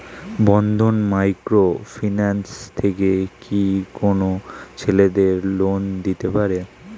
বন্ধন micro finance থেকে কি কোন ছেলেদের লোন দিতে পারে?